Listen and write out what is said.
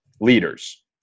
leaders